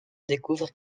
découvre